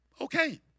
okay